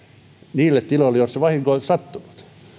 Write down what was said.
niille tiloille joilla vahinko on sattunut